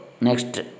next